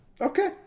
Okay